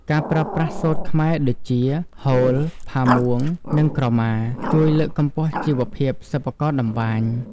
ការប្រើប្រាស់សូត្រខ្មែរដូចជា ហូល ផាមួង និងក្រមា ជួយលើកកម្ពស់ជីវភាពសិប្បករតម្បាញ។